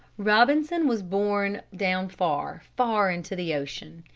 robinson was borne down far, far into the ocean.